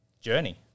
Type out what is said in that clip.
journey